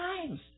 times